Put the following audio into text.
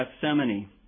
Gethsemane